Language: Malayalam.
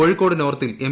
കോഴിക്കോട് നോർത്തിൽ എം